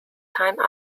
time